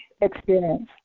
experience